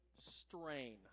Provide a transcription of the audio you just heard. strain